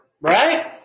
Right